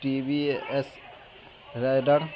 T V A S ridden